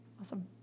Awesome